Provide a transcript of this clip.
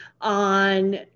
on